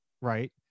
right